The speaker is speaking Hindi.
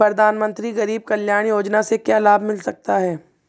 प्रधानमंत्री गरीब कल्याण योजना से क्या लाभ मिल सकता है?